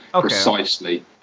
precisely